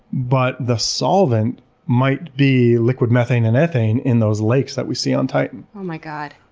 but the solvent might be liquid methane and ethane in those lakes that we see on titan. oh my god.